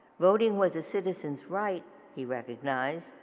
voting was a citizen's right he recognized,